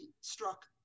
struck